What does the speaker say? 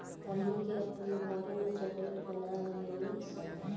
हमनी के आपन घरों में चॉकलेट बना लेवे नी सन